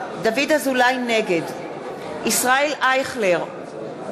נגד ישראל אייכלר,